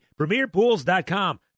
PremierPools.com